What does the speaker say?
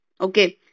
Okay